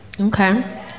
Okay